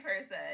person